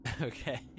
Okay